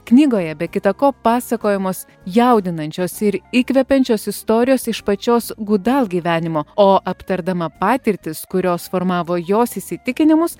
knygoje be kita ko pasakojamos jaudinančios ir įkvepiančios istorijos iš pačios gudal gyvenimo o aptardama patirtis kurios formavo jos įsitikinimus